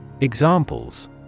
Examples